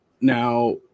Now